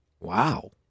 Wow